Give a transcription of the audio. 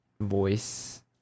voice